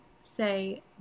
say